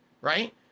right